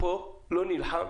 פה לא נלחם